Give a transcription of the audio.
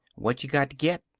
what you got to get?